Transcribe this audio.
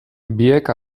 biek